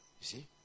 see